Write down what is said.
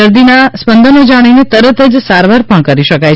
દર્દીના સ્પદંનો જાણીને તરત જ સારવાર કરી શકાય